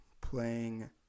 playing